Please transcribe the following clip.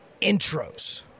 intros